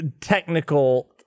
technical